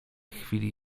chwili